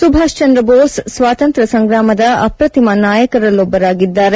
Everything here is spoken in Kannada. ಸುಭಾಷ್ ಚಂದ್ರ ಬೋಸ್ ಸ್ವಾತಂತ್ರ್ ಸಂಗ್ರಾಮದ ಅಪ್ರತಿಮ ನಾಯಕರಲ್ಲೊಬ್ಬರಾಗಿದ್ದಾರೆ